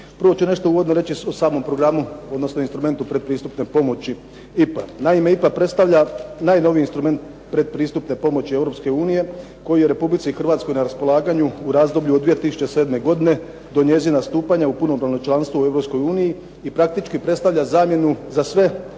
Prvo ću nešto uvodno reći o samom programu, odnosno instrumentu predpristupne pomoći IPA. Naime IPA predstavlja najnoviji instrument predpristupne pomoći Europske unije koji je Republici Hrvatskoj na raspolaganju u razdoblju od 2007. godine do njezina stupanja u punopravno članstvo u Europskoj uniji i praktički predstavlja zamjenu za sve